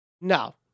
No